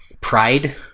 Pride